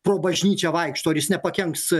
pro bažnyčią vaikšto ar jis nepakenks